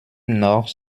noch